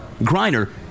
Griner